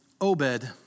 Obed